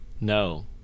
No